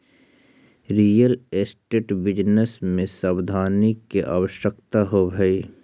real estate business में सावधानी के आवश्यकता होवऽ हई